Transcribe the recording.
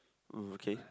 oo okay